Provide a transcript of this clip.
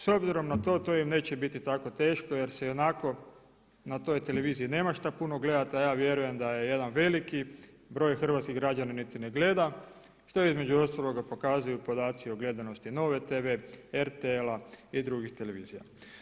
S obzirom na to, to im neće biti tako teško jer se ionako na toj televiziji nema šta puno gledati, a ja vjerujem da je jedan veliki broj hrvatskih građana niti ne gleda što između ostaloga pokazuju i podaci o gledanosti NOVA-e TV, RTL-a i drugih televizija.